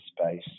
space